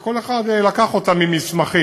שכל אחד לקח אותם ממסמכים,